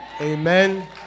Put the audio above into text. amen